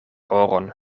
oron